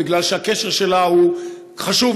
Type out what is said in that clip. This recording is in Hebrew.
כי הקשר איתה הוא חשוב,